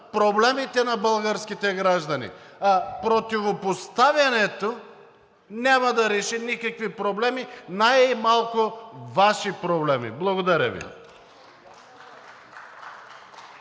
проблемите на българските граждани, а противопоставянето няма да реши никакви проблеми, най-малко Ваши проблеми. Благодаря Ви.